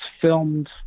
filmed